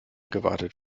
gewartet